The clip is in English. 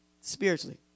spiritually